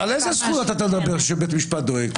על איזה זכויות אתה מדבר שבית המשפט דואג?